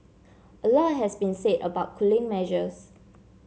a lot has been said about cooling measures